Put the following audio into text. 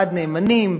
ועד נאמנים,